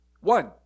One